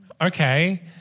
Okay